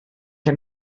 que